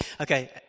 Okay